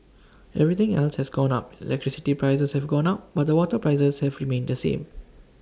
everything else has gone up electricity prices have gone up but the water prices have remained the same